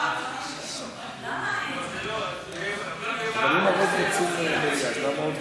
שתקבע ועדת הכנסת נתקבלה.